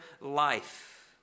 life